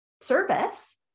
service